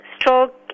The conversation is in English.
stroke